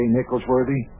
Nicholsworthy